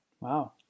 Wow